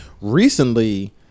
recently